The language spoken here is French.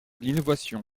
l’innovation